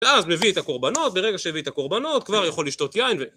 ואז מביא את הקורבנות, ברגע שהביא את הקורבנות כבר יכול לשתות יין ו...